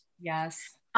yes